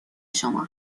شما